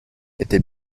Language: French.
était